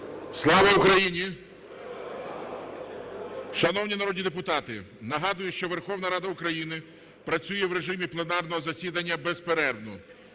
Слава Україні! Шановні народні депутати, нагадую, що Верховна Рада України працює в режимі пленарного засідання безперервно.